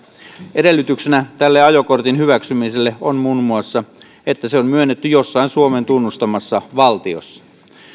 edellytyksenä tälle ajokortin hyväksymiselle on muun muassa että se on myönnetty jossain suomen tunnustamassa valtiossa